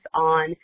on